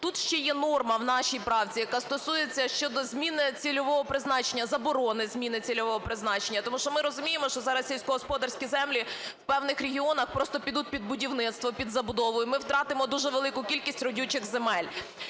Тут ще є норма в нашій правці, яка стосується щодо зміни цільового призначення – заборони зміни цільового призначення. Тому що ми розуміємо, що зараз сільськогосподарські землі в певних регіонах просто підуть під будівництво, під забудову і ми втратимо дуже велику кількість родючих земель.